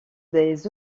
des